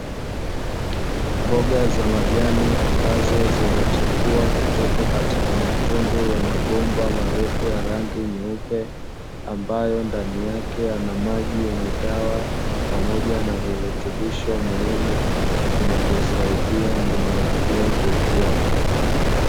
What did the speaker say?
Mboga za majani mbazo zinachipua kutoka katika matundu ya mabomba marefu ya rangi nyeupe, ambayo ndani yake yana maji yenye dawa pamoja na virutubisho muhimu vinavyosaidia mimea hiyo kukua.